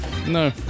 No